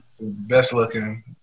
best-looking